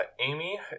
Amy